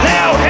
now